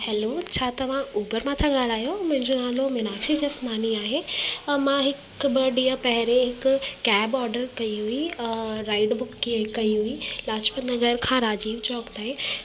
hello छा तव्हां Uber मां था ॻाल्हायो मुंहिंजो नालो मिनाक्षी जसनानी आहे ऐं मां हिक ॿ ॾींहुं पहिरे हिकु कैब ऑडर कई हुई राइड बुक के कई हुई लाजपत नगर खां राजीव चौक ताईं